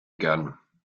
gern